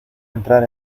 entrar